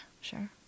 sure